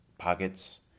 pockets